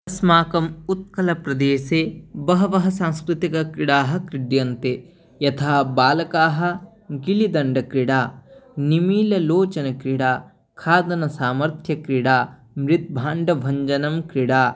अस्माकम् उत्कलप्रदेशे बहवः सांस्कृतिकाः क्रीडाः क्रीड्यन्ते यथा बालकाः गिल्लिदण्डक्रीडा निमीललोचनक्रीडा खादनसामर्थ्यक्रीडा मृद्भाण्डभञ्जनं क्रीडा